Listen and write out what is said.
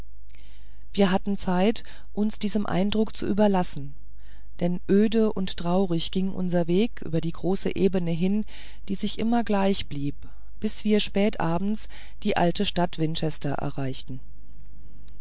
wir hatten zeit uns diesem eindrucke zu überlassen denn öde und traurig ging unser weg über die große ebene hin die sich immer gleich blieb bis wir spät abends die alte stadt winchester erreichten